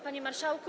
Panie Marszałku!